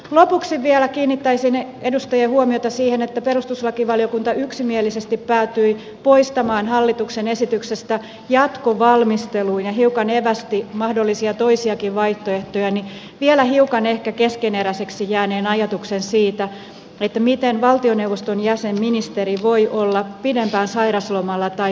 lopuksi vielä kiinnittäisin edustajien huomiota siihen että perustuslakivaliokunta yksimielisesti päätyi poistamaan hallituksen esityksestä jatkovalmisteluun ja hiukan evästi mahdollisia toisiakin vaihtoehtoja vielä hiukan ehkä keskeneräiseksi jääneen ajatuksen siitä miten valtioneuvoston jäsen ministeri voi olla pidempään sairauslomalla tai vanhempainvapailla